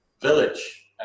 village